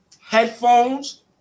headphones